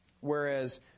Whereas